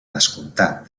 descomptat